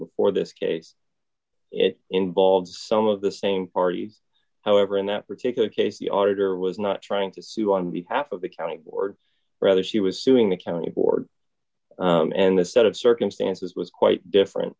before this case it involves some of the same party however in that particular case the auditor was not trying to sue on behalf of the county board rather she was suing the county board and the set of circumstances was quite different